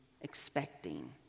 expecting